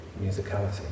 musicality